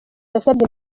yasabye